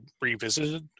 revisited